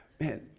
man